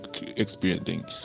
experiencing